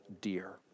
dear